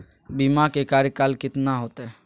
बीमा के कार्यकाल कितना होते?